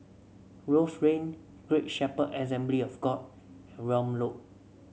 Rose Lane Great Shepherd Assembly of God Welm Road